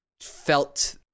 Felt